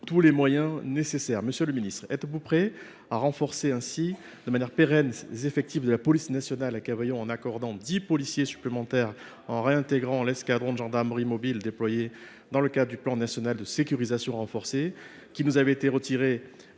tous les moyens nécessaires. Monsieur le ministre, êtes vous prêt à renforcer, de manière pérenne, les effectifs de la police nationale à Cavaillon en accordant dix policiers supplémentaires et en réintégrant l’escadron de gendarmerie mobile déployé dans le cadre du plan national de sécurisation renforcée, qui nous avait été retiré